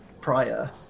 prior